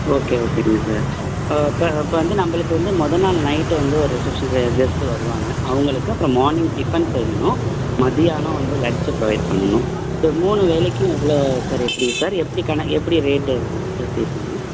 okay ஓகேங்க sir இப்போ இப்போ வந்து நம்பளுக்கு வந்து முத நாள் நைட்டு வந்து ஒரு சிக்ஸ் ஹண்ட்ரட் கெஸ்ட்டு வருவாங்க அவங்களுக்கு அப்புறம் மார்னிங் டிஃபன் செய்யணும் மதியானம் வந்து லன்ச்சு ப்ரொவைட் பண்ணணும் ஒரு மூணு வேளைக்கு எவ்வளோ சார் எப்படி சார் எப்படி கண எப்படி ரேட்டு வருங்க சார் பேசுவீங்க